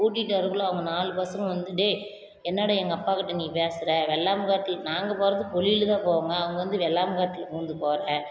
கூட்டிக்கிட்டு வரக்குள்ள அவங்க நாலு பசங்க வந்து டேய் என்னடா எங்கள் அப்பாக்கிட்ட நீ பேசுகிற வெள்ளாமை காட்டில் நாங்கள் போகிறது குழியில் தான் போவேங்க அவங்க வந்து வெள்ளாமை காட்டில் பூந்து போகிற